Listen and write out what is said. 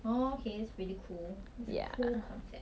oh okay it's pretty cool it's a cool concept